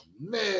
man